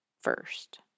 first